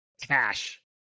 Cash